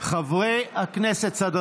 חברי הכנסת, בבקשה לשבת.